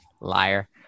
liar